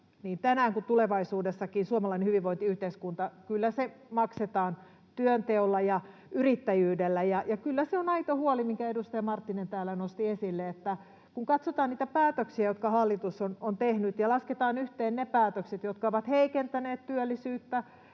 tänään kuin tulevaisuudessakin suomalainen hyvinvointiyhteiskunta maksetaan työnteolla ja yrittäjyydellä, ja kyllä se on aito huoli, minkä edustaja Marttinen täällä nosti esille, että kun katsotaan niitä päätöksiä, jotka hallitus on tehnyt, ja lasketaan yhteen ne päätökset, jotka ovat heikentäneet työllisyyttä